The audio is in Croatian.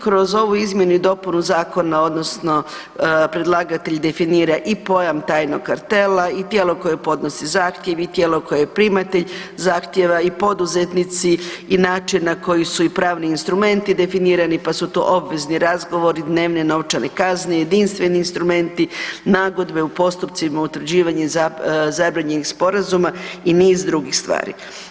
Mi kroz ovu izmjenu i dopunu zakona, odnosno predlagatelj definira i pojam tajnog kartela i tijelo koje podnosi zahtjev i tijelo koje je primatelj zahtjeva i poduzetnici i način na koji su i pravni instrumenti definirani, pa su to obvezni razgovori, dnevne novčane kazne, jedinstveni instrumenti, nagodbe u postupcima utvrđivanja i zabranjenih sporazuma i niz drugih stvari.